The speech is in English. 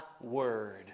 word